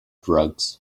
drugs